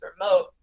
remote